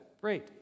Great